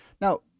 Now